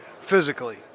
physically